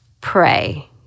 pray